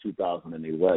2011